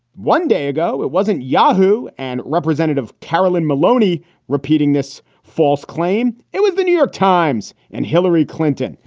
one day ago, it wasn't yahoo! and representative carolyn maloney repeating this false claim. it was the new york times and hillary clinton.